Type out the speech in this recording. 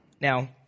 Now